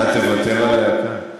אתה תוותר עליה כאן?